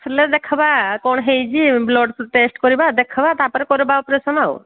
ହେଲେ ଦେଖିବା କ'ଣ ହୋଇଛି ବ୍ଲଡ୍ ଟେଷ୍ଟ କରିବା ଦେଖିବା ତାପରେ କରିବା ଅପରେସନ୍ ଆଉ